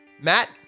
Matt